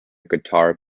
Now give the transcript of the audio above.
guitar